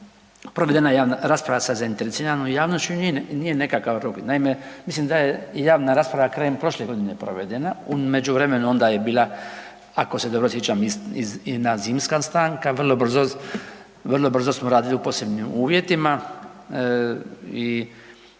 provedena javna rasprava sa zainteresiranom javnošću nije nekakav rok. Naime, mislim da je javna rasprava krajem prošle godine provedena. U međuvremenu onda je bila ako se dobro sjećam i zimska stanka. Vrlo brzo smo radili u posebnim uvjetima